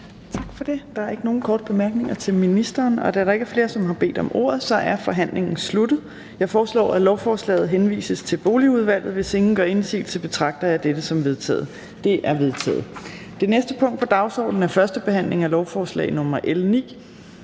Tak for det. Der er ikke nogen korte bemærkninger til ministeren. Da der ikke er flere, som har bedt om ordet, er forhandlingen sluttet. Jeg foreslår, at lovforslaget henvises til Boligudvalget. Hvis ingen gør indsigelse, betragter jeg dette som vedtaget. Det er vedtaget. --- Det næste punkt på dagsordenen er: 5) 1. behandling af lovforslag nr.